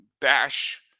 bash